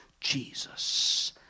Jesus